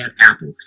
apple